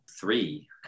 Three